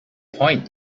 point